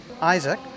Isaac